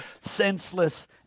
senseless